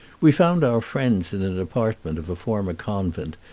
we found our friends in an apartment of a former convent,